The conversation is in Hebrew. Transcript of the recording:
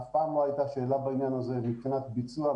אף פעם לא הייתה שאלה בעניין הזה מבחינת ביצוע,